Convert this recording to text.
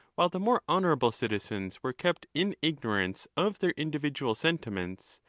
while the more honourable citizens were kept in ignorance of their individual sentiments,